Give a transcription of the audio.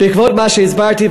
בעקבות מה שהסברתי,